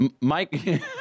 Mike